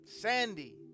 Sandy